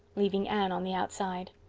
leaving anne on the outside.